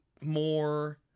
More